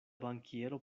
bankiero